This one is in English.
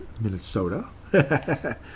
Minnesota